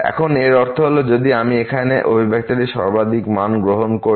এখন এর অর্থ হল যদি আমি এখানে এই অভিব্যক্তির সর্বাধিক মান গ্রহণ করি